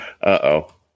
uh-oh